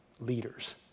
leaders